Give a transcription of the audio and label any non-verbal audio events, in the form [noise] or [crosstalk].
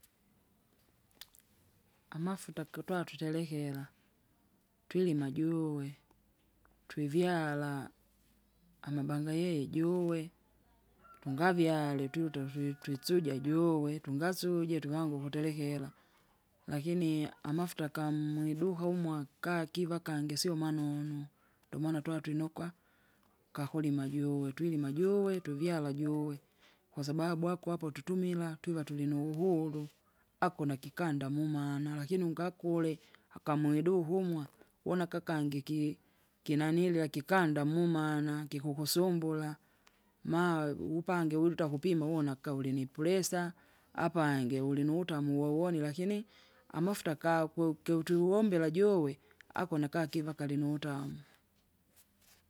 [noise] amafuta ketwa tuterekera, twilima juwe, twivyala, amabangayeye juwe, [noise] tungavyale twitatwi twisuja juuwe tungasuje tukanga ukuterekera, [noise] lakini amafuta kamwiduka umwa kakiva kangi sio manunu, ndomana twatwinukwa, kakulima juwe twilima juwe tuvyava juwe. Kwasababu ako apo tutumila twiva tulinu uhuru, ako nakikanda mumana lakini ungakule akamwiduka humwa wona kakangi ki- kinanilia kikanda mumana kikukusumbula, maa upange wuluta kupima wonaka ulinipresa, apange ulinutamu wowoni lakini? amafuta gakwe uki utuvombera juwe, akona kakiva kalinutamu.